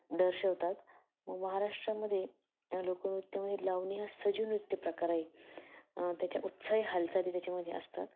दर्शवतात महाराष्ट्रामध्ये लोकनृत्यामध्ये लावणी हा सजीव नृत्यप्रकार आहे त्याच्या उत्साही हालचाली त्याच्यामध्ये असतात